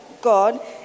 God